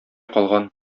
калган